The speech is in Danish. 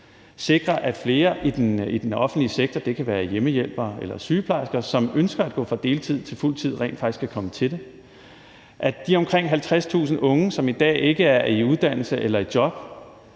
sikre, at flere i den offentlige sektor – det kan være hjemmehjælpere eller sygeplejersker – som ønsker at gå fra deltid til fuld tid, rent faktisk kan komme til det, at vi i forhold til de omkring 50.000 unge, som i dag ikke er i uddannelse eller i job,